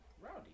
Rowdy